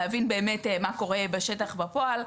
להבין באמת מה קורה בשטח בפועל.